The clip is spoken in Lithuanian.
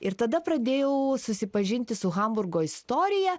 ir tada pradėjau susipažinti su hamburgo istorija